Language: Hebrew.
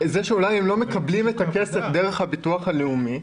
הם לא מקבלים את הכסף מהביטוח הלאומי,